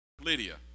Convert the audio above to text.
Lydia